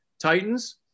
Titans